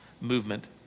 Movement